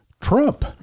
Trump